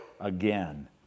again